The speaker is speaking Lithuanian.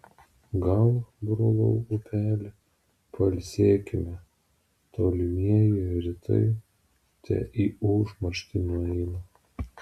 gal brolau upeli pailsėkime tolimieji rytai te į užmarštį nueina